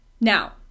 Now